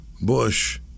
Bush